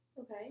Okay